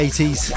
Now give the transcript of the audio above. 80s